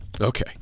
okay